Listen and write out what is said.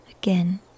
Again